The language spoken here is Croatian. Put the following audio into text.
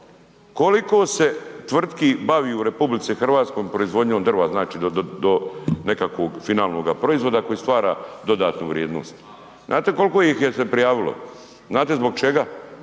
koliko se tvrtki bavi u RH proizvodnjom drva do nekakvog finalnog proizvoda koji stvara dodatnu vrijednost? Znate koliko ih se je prijavilo, znate zbog čega?